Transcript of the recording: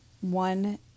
one